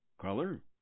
Color